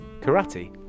karate